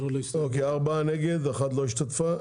ארבעה נגד, אחת לא השתתפה.